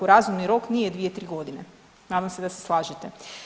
Razumni rok nije dvije, tri godine nadam se da se slažete.